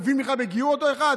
הוא מבין בכלל בגיור, אותו אחד?